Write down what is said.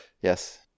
Yes